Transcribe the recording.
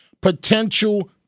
potential